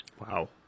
Wow